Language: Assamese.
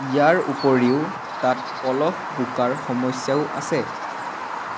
ইয়াৰ উপৰিও তাত পলস বোকাৰ সমস্যাও আছে